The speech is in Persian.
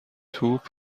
توپ